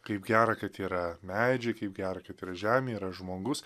kaip gera kad yra medžiai kaip gera kad yra žemė yra žmogus